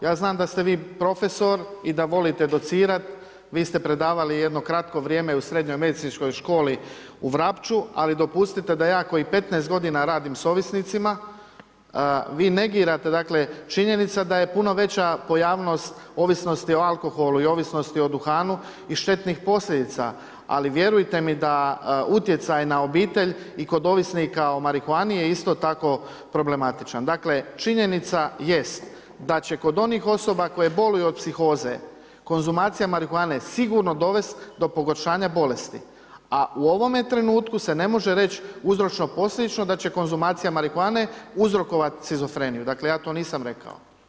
Ja znam da ste vi profesor i da volite docirati, vi ste predavali jedno kratko vrijeme u Srednjoj medicinskoj školi u Vrapču, ali dopustite da ja koji 15 godina radim s ovisnicima, vi negirate, dakle činjenica da je puno veća pojavnost ovisnosti o alkoholu i ovisnosti o duhanu i štetnih posljedica ali vjerujte mi utjecaj na obitelj i kod ovisnika o marihuani je isto tako problematičan, dakle činjenica jest da će kod onih osoba koje boluju od psihoze, konzumacija marihuane sigurno dovest do pogoršanja bolesti, a u ovome trenutku se ne može reć uzročno posljedično da će konzumacija marihuane uzrokovat shizofreniju, dakle ja to nisam rekao.